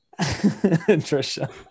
Trisha